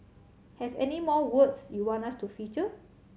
have any more words you want us to feature